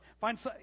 Find